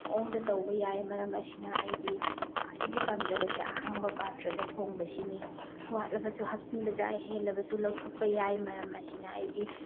ꯃꯑꯣꯡꯗ ꯇꯧꯕ ꯌꯥꯏ ꯃꯔꯝ ꯑꯁꯤꯅ ꯑꯩꯗꯤ ꯈ꯭ꯋꯥꯏꯗꯒꯤ ꯄꯥꯝꯖꯕꯁꯦ ꯑꯍꯥꯡꯕ ꯄꯥꯇ꯭ꯔꯗ ꯊꯣꯡꯕ ꯁꯤꯅꯤ ꯋꯥꯠꯂꯕꯁꯨ ꯍꯥꯞꯆꯤꯟꯕ ꯌꯥꯏ ꯍꯦꯜꯂꯕꯁꯨ ꯂꯧꯊꯣꯛꯄ ꯌꯥꯏ ꯃꯔꯝ ꯑꯁꯤꯅ ꯑꯩꯗꯤ